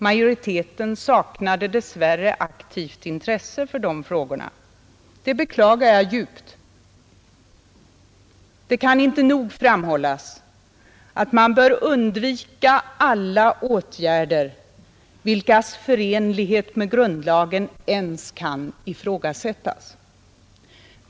Majoriteten saknade aktivt intresse för de frågorna, Det beklagar jag djupt. Det kan inte nog framhållas, att man bör undvika alla åtgärder vilkas förenlighet med grundlagen ens kan ifrågasättas.